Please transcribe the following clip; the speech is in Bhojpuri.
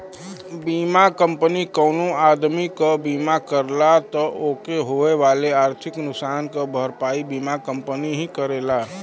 बीमा कंपनी कउनो आदमी क बीमा करला त ओके होए वाले आर्थिक नुकसान क भरपाई बीमा कंपनी ही करेला